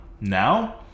Now